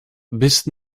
bist